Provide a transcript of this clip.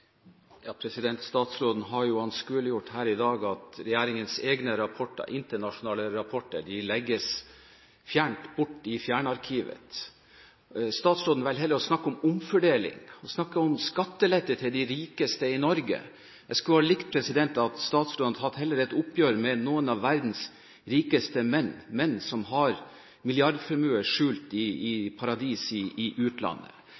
Statsråden har anskueliggjort her i dag at regjeringens internasjonale rapporter legges bort i fjernarkivet. Statsråden velger heller å snakke om omfordeling. Han snakker om skattelette til de rikeste i Norge. Jeg skulle ha likt at statsråden heller hadde tatt et oppgjør med noen av verdens rikeste menn som har milliardformuer skjult i skatteparadis i utlandet.